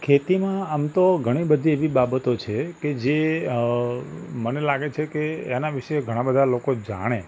ખેતીમાં આમ તો ઘણી બધી એવી બાબતો છે કે જે અ મને લાગે છે કે એના વિશે ઘણા બધા લોકો જાણે